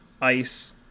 ice